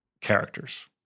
characters